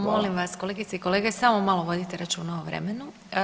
Molim vas kolegice i kolege samo malo vodite računa o vremenu.